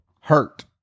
Hurt